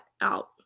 out